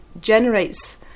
generates